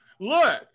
Look